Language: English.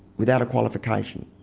without a qualification.